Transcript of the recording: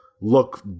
look